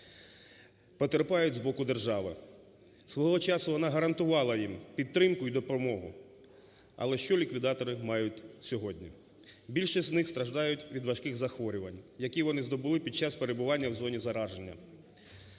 потерпають з боку держави. Свого часу вона гарантувала їм підтримку і допомогу. Але що ліквідатори мають сьогодні? Більшість з них страждають від важких захворювань, які вони здобули під час перебування в зоні зараження.